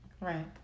Right